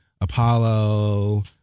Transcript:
Apollo